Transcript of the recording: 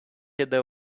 other